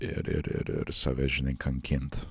ir ir ir ir save žinai kankint